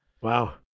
Wow